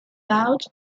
out